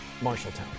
Marshalltown